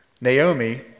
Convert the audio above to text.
Naomi